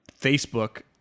Facebook